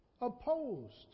opposed